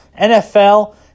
NFL